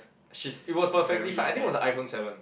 she's it was perfectly fine I think it was a iPhone seven